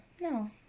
No